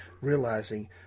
realizing